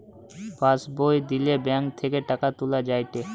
pass বই দিলে bank থেকে টাকা তুলা যায়েটে